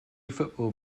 football